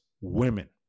women